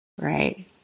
Right